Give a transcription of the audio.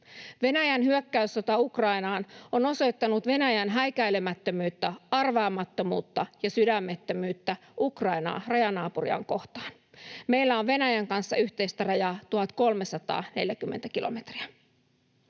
Venäjän hyökkäyssota Ukrainaan on osoittanut Venäjän häikäilemättömyyttä, arvaamattomuutta ja sydämettömyyttä Ukrainaa, rajanaapuriaan, kohtaan. Meillä on Venäjän kanssa yhteistä rajaa 1 340 kilometriä.